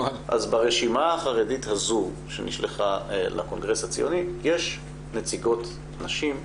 אז ברשימה החרדית הזו שנשלחה לקונגרס הציוני יש נציגות נשים,